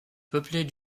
peuplée